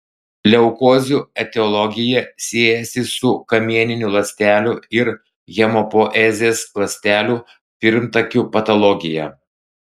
leukozių etiologija siejasi su kamieninių ląstelių ir hemopoezės ląstelių pirmtakių patologija